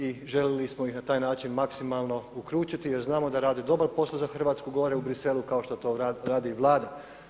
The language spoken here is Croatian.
I željeli smo ih na taj način maksimalno uključiti jer znamo da rade dobar posao za Hrvatsku gore u Briselu, kao što to radi i Vlada.